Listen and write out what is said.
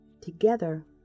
Together